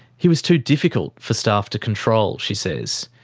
he was too difficult for staff to control, she says.